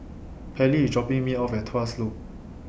Pallie IS dropping Me off At Tuas Loop